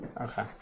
Okay